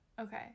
Okay